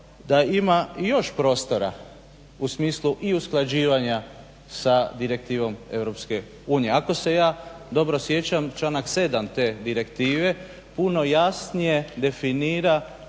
da ima još prostora u smislu i usklađivanja sa Direktivom Europske unije. Ako se ja dobro sjećam, članak 7. te direktive puno jasnije definira